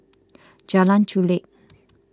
Jalan Chulek